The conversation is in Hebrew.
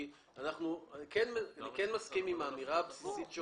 אני מסכים עם האמירה הבסיסית,